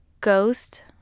ghost